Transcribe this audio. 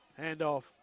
Handoff